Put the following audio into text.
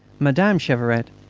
madame cheveret,